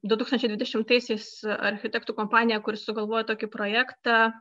du tūkstančiai dvidešimtaisiais architektų kompanija kuri sugalvojo tokį projektą